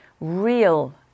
real